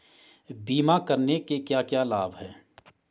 बीमा करने के क्या क्या लाभ हैं?